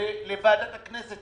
לוועדת הכנסת.